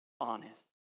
honest